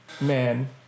man